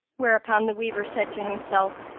whereupon the waver said to himself,